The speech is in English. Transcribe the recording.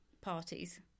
parties